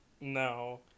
No